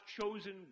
chosen